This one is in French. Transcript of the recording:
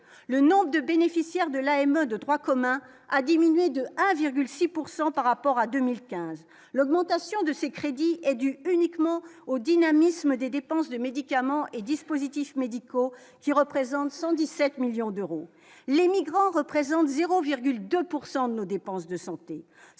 le nombre de bénéficiaires de l'AME de droit commun, a diminué de 1,6 pourcent par rapport à 2015, l'augmentation de ces crédits est due uniquement au dynamisme des dépenses de médicaments et dispositifs médicaux qui représente 117 millions d'euros, les migrants représentent 0,2 pourcent de nos dépenses de santé,